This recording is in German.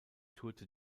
tourte